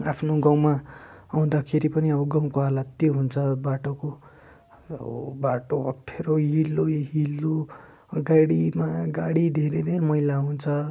आफ्नो गाउँमा आउँदाखेरि पनि गाउँको हालत त्यो हुन्छ बाटोको अब बाटो अप्ठ्यारो हिलै हिलो गाडीमा गाडी धेरै नै मैला हुन्छ